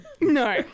no